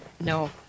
No